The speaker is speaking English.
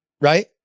right